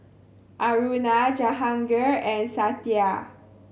Aruna Jahangir and Satya